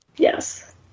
Yes